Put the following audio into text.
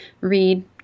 read